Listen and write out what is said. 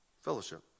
fellowship